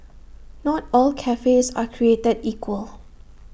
not all cafes are created equal